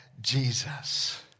Jesus